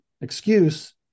excuse